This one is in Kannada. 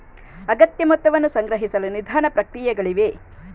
ಅಗತ್ಯ ಮೊತ್ತವನ್ನು ಸಂಗ್ರಹಿಸಲು ನಿಧಾನ ಪ್ರಕ್ರಿಯೆಗಳಿವೆ